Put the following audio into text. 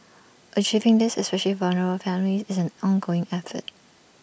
achieving this especial vulnerable families is an ongoing effort